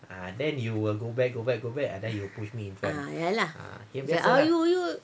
ah ya lah ah you you you